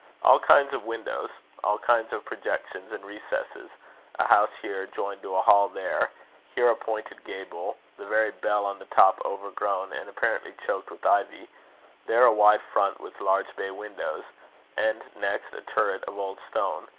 all kinds of windows all kinds of projections and recesses a house here, joined to a hall there here a pointed gable, the very bell on the top overgrown and apparently choked with ivy there a wide front with large bay windows and next a turret of old stone,